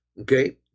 okay